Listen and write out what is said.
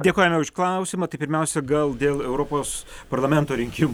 dėkojame už klausimą tai pirmiausia gal dėl europos parlamento rinkimų